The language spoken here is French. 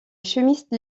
chimiste